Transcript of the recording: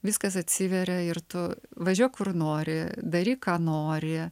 viskas atsiveria ir tu važiuok kur nori daryk ką nori